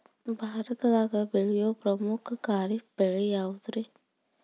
ಭಾರತದಾಗ ಬೆಳೆಯೋ ಪ್ರಮುಖ ಖಾರಿಫ್ ಬೆಳೆ ಯಾವುದ್ರೇ?